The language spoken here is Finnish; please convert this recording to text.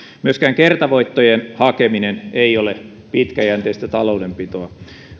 myöskään kertavoittojen hakeminen ei ole pitkäjänteistä taloudenpitoa